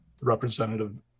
representative